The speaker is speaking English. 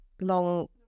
long